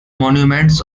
monuments